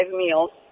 meals